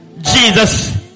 Jesus